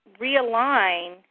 realign